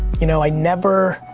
you know, i never